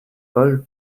paul